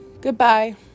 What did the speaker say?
Goodbye